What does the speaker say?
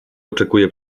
oczekuję